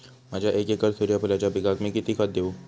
माझ्या एक एकर सूर्यफुलाच्या पिकाक मी किती खत देवू?